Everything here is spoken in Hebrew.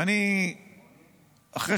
אחרי